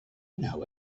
know